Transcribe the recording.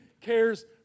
cares